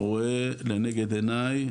רואה לנגד עייני,